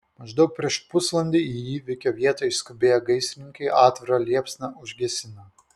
maždaug prieš pusvalandį į įvykio vietą išskubėję gaisrininkai atvirą liepsną užgesino